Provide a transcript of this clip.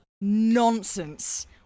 nonsense